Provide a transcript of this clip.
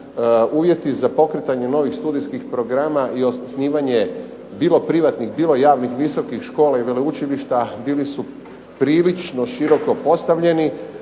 uvjeti za pokretanje novih studijskih programa i osnivanje bilo privatnih, bilo javnih visokih škola i veleučilišta bili su prilično široko postavljeni,